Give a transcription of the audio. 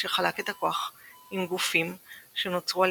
אשר חלק את הכוח עם גופים שנוצרו על